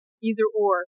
either-or